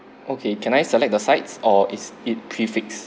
okay can I select the sides or is it prefix